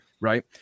Right